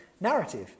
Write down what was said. narrative